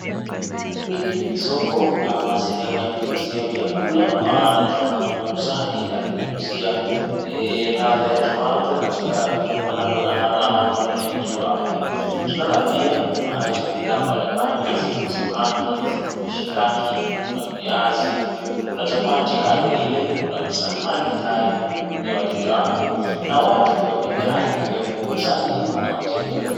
Hili ni soko ama sehemu ya kuuzia vyakula maana tunamuona muuzaji akinyunyuzia ladha ya tomato katika viungo anavyomwandalia mteja wake. Tunaona pia kuna hizo bidhaa mbalimbali zipo samaki, ziko mishikaki, kuna viazi, kuna chapati kando ile, kuna visahani tayari vya kuhudumia wateja wake na watu pia wamejaa ikiwemo wauzaji na wateja.